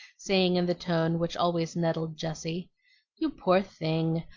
saying in the tone which always nettled jessie you poor thing!